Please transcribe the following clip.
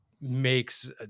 makes